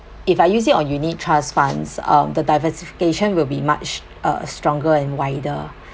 if I use it on unit trust funds um the diversification will be much uh stronger and wider